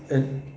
and